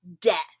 Death